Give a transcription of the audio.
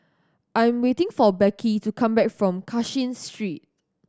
I'm waiting for Becky to come back from Cashin Street